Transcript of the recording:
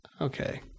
Okay